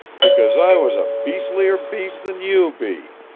because i was a beastlier beast than you be.